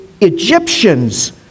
Egyptians